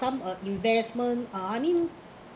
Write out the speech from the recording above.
some uh investment uh I mean